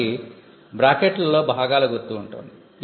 కాబట్టి బ్రాకెట్లలో భాగాల గుర్తు ఉంటుంది